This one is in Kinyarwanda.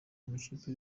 amakipe